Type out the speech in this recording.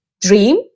dream